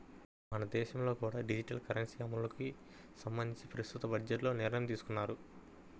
మన దేశంలో కూడా డిజిటల్ కరెన్సీ అమలుకి సంబంధించి ప్రస్తుత బడ్జెట్లో నిర్ణయం తీసుకున్నారు